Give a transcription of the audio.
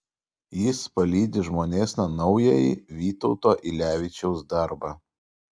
jis palydi žmonėsna naująjį vytauto ylevičiaus darbą